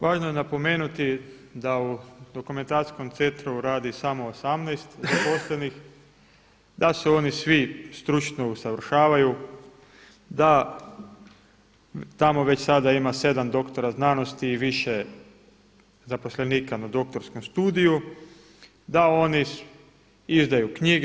Važno je napomenuti da u Dokumentacijskom centru radi samo 18 zaposlenih, da se oni svi stručno usavršavaju, da tamo već sada ima 7 doktora znanosti i više zaposlenika na doktorskom studiju, da oni izdaju knjige.